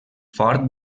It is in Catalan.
fort